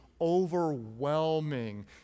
overwhelming